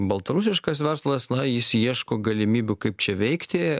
baltarusiškas verslas na jis ieško galimybių kaip čia veikti